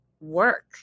work